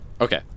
Okay